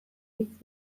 hitz